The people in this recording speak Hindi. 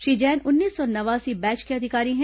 श्री जैन उन्नीस सौ नवासी बैच के अधिकारी हैं